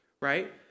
right